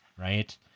right